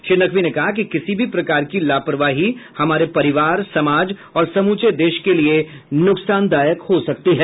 श्री नकवी ने कहा कि किसी भी प्रकार की लापरवाही हमारे परिवार समाज और समूचे देश के लिए नुकसानदायक हो सकती है